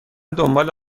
دنبال